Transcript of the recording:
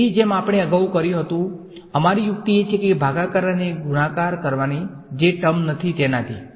તેથી જેમ આપણે અગાઉ કર્યું હતું અમારી યુક્તિ એ છે કે ભાગાકર અને ગુણાકાર કરવાની જે ટર્મ નથી તેનાથી